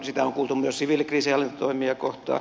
sitä on kuultu myös siviilikriisinhallintatoimia kohtaan